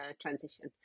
transition